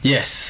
Yes